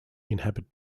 inhabit